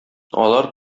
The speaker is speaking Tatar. алар